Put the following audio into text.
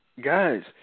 Guys